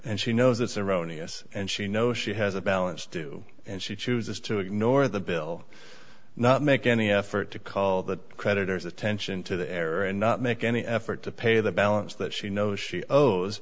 and she knows it's erroneous and she know she has a balance due and she chooses to ignore the bill not make any effort to call the creditors attention to the error and not make any effort to pay the balance that she know she